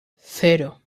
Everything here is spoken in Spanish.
cero